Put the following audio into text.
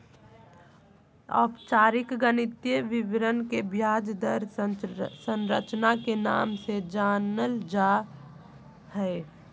औपचारिक गणितीय विवरण के ब्याज दर संरचना के नाम से जानल जा हय